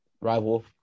Rival